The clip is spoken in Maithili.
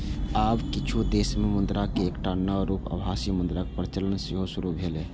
आब किछु देश मे मुद्राक एकटा नव रूप आभासी मुद्राक प्रचलन सेहो शुरू भेलैए